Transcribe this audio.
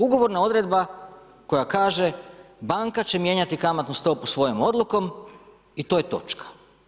Ugovorna odredba koja kaže banka će mijenjati kamatnu stopu svojom odlukom i to je točka.